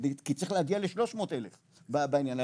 כי צריך להגיע ל-300 אלף בעניין,